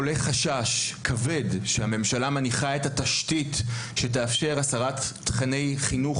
עולה חשש כבד שהממשלה מניחה את התשתית שתאפשר הסרת תכני חינוך